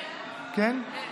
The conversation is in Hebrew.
כן, כן.